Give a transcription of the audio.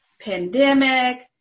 pandemic